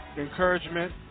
encouragement